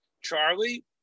Charlie